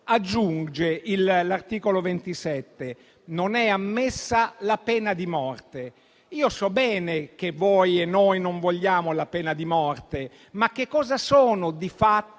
aggiunge: «Non è ammessa la pena di morte». Io so bene che voi e noi non vogliamo la pena di morte, ma che cosa sono, di fatto,